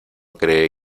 cree